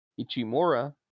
Ichimura